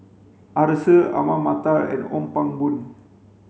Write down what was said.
Arasu Ahmad Mattar and Ong Pang Boon